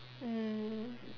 mm